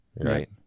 Right